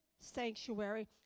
Sanctuary